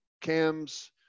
cams